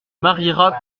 mariera